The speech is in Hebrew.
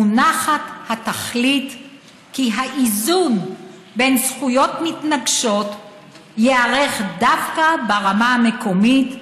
מונחת התכלית שהאיזון בין זכויות מתנגשות ייערך דווקא ברמה המקומית,